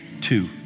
Two